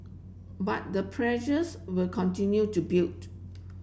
but the pressures will continue to build